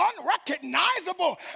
unrecognizable